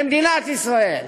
במדינת ישראל,